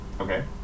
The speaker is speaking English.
Okay